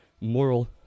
moral